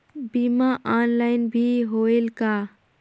बीमा ऑनलाइन भी होयल का?